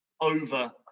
over